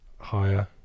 Higher